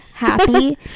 happy